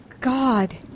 god